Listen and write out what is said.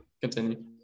continue